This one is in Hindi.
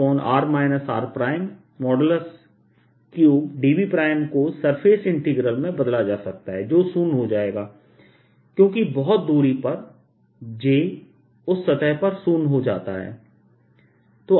jrx xr r3dV को सर्फेस इंटीग्रल में बदला जा सकता है जो शून्य हो जाएगा क्योंकि बहुत दूरी पर j उस सतह पर शून्य हो जाता है